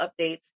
updates